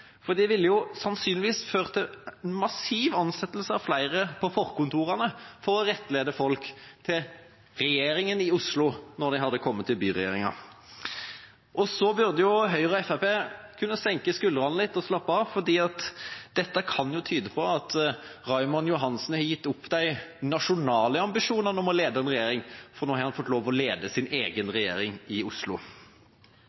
det sannsynligvis ville ført til massiv ansettelse av flere på forkontorene for å rettlede folk til «regjeringa i Oslo» når de hadde kommet til byregjeringa. Høyre og Fremskrittspartiet burde kunne senke skuldrene litt og slappe av, for dette kan tyde på at Raymond Johansen har gitt opp de nasjonale ambisjonene om å lede en regjering, for nå har han fått lov til å lede sin egen